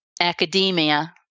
academia